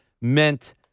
meant